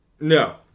No